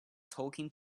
talking